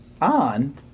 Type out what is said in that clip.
on